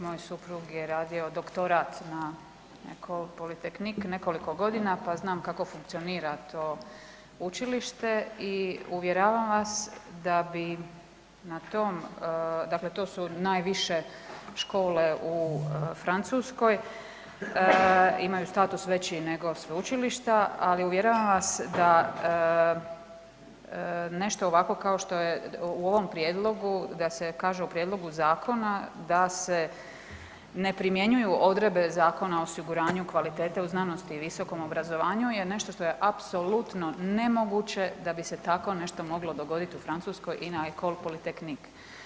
Moj suprug je radio doktorat na Ecole polytechnique nekoliko godina pa znam kako funkcionira to učilište i uvjeravam vas da bi na tom, dakle to su najviše škole u Francuskoj, imaju status veći nego sveučilišta, ali uvjeravam vas da nešto ovako kao što je u ovom prijedlogu da se kaže u prijedlogu zakona da se ne primjenjuju odredbe Zakona o osiguranju kvalitete u znanosti u visokom obrazovanju je nešto što je apsolutno nemoguće da bi se tako nešto moglo dogoditi u Francuskoj i na Ecole polytechnique.